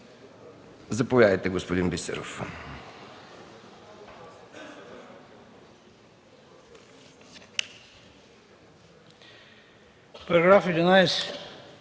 Заповядайте, господин Бисеров.